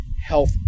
health